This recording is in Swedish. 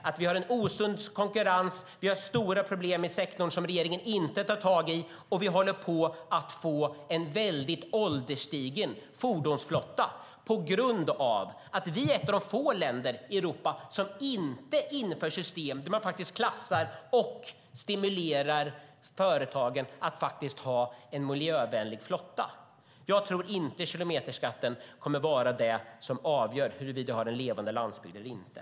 Det är en osund konkurrens och stora problem i sektorn som regeringen inte tar tag i. Vi håller också på att få en väldigt ålderstigen fordonsflotta på grund av att Sverige är ett av få länder i Europa som inte inför system där man stimulerar företagen att använda sig av en miljövänlig fordonsflotta. Jag tror inte att kilometerskatten kommer att vara det som avgör huruvida vi kan ha en levande landsbygd eller inte.